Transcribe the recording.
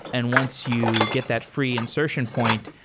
and once you get that free insertion point,